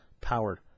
powered